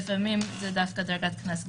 ולפעמים זאת דרגת קנס ג'.